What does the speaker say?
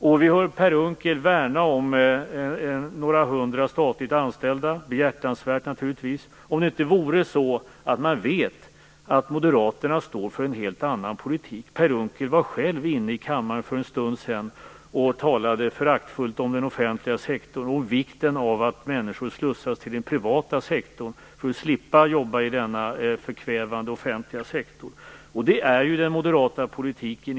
Vi hör också Per Unckel värna om några hundra statligt anställda - naturligtvis behjärtansvärt, men vi vet att moderaterna står för en helt annan politik. Per Unckel var själv inne i kammaren för en stund sedan och talade föraktfullt om den offentliga sektorn och om vikten av att människor slussas till den privata sektorn för att slippa jobba i den förkvävande offentliga sektorn. Detta är ju i normala fall också den moderata politiken.